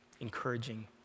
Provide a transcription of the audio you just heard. encouraging